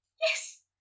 Yes